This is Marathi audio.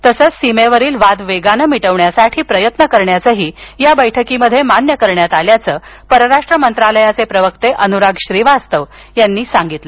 तसंच सीमेवरील वाद वेगानं मिटवण्यासाठी प्रयत्न करण्याचंही बैठकीत मान्य करण्यात आल्याचं परराष्ट्र मंत्रालयाचे प्रवक्ते अनुराग श्रीवास्तव यांनी सांगितलं